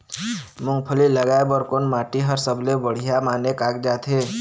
मूंगफली लगाय बर कोन माटी हर सबले बढ़िया माने कागजात हे?